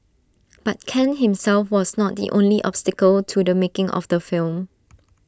but Khan himself was not the only obstacle to the making of the film